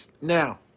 Now